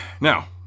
Now